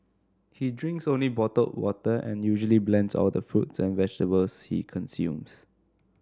he drinks only bottled water and usually blends all the fruit and vegetables he consumes